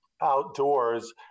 outdoors